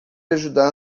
ajudar